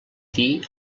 dir